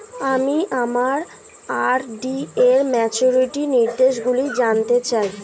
আমি আমার আর.ডি র ম্যাচুরিটি নির্দেশগুলি জানতে চাই